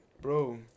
Bro